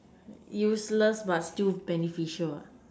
useless but still beneficial ah